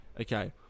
Okay